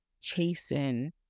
chasing